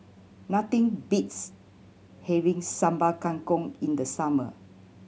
nothing beats having Sambal Kangkong in the summer